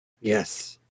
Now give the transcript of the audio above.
Yes